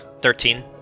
Thirteen